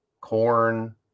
corn